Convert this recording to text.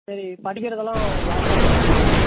சரி படிக்கிறதெலாம் வாட்ஸ்அப்பில் அனுப்பிச்சு விடுறேங்க